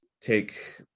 take